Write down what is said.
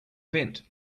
vent